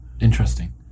interesting